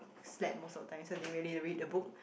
slept most of the time so didn't really read the book